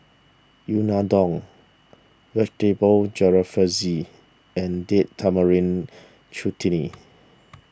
Unadon Vegetable Jalfrezi and Date Tamarind Chutney